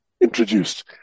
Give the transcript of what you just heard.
introduced